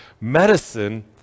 Medicine